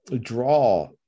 draw